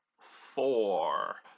four